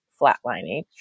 flatlining